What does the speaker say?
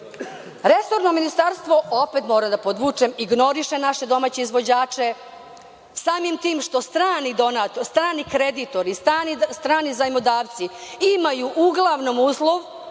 ministarstvo, opet moram da podvučem, ignoriše naše domaće izvođače samim tim što strani kreditori, strani zajmodavci imaju uglavnom uslov